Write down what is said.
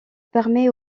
permet